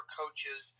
coaches